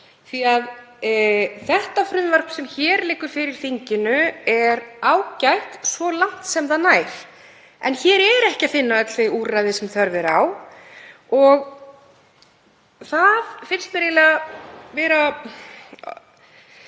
fram. Þetta frumvarp sem hér liggur fyrir þinginu er ágætt, svo langt sem það nær. En hér er ekki að finna öll þau úrræði sem þörf er á. Mér finnst það vera